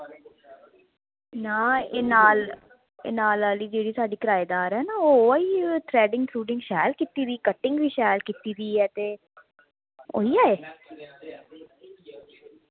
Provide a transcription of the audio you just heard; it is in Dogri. ना एह् नाल एह् नाल आह्ली जेह्ड़ी साढ़ी कराएदार ऐ ना ओह् हो आई थ्रैडिंग थरूडिंग शैल कीती दी कटिंग बी शैल कीती दी ऐ ते ओह् नि आए